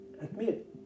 admit